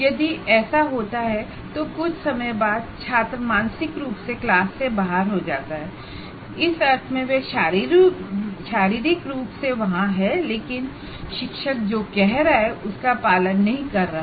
यदि ऐसा होता है तो कुछ समय बाद छात्र मानसिक रूप से क्लास से बाहर हो जाता है इस अर्थ में वह शारीरिक रूप से वहां है लेकिन शिक्षक जो कह रहा है उसका पालन नहीं कर रहा है